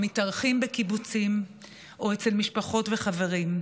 מתארחות בקיבוצים או אצל משפחות וחברים.